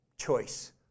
choice